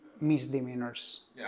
misdemeanors